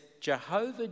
Jehovah